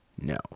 no